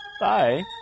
bye